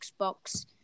Xbox